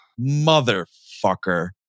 motherfucker